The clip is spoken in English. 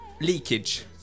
Leakage